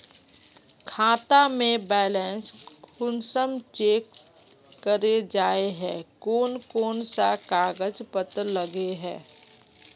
खाता में बैलेंस कुंसम चेक करे जाय है कोन कोन सा कागज पत्र लगे है?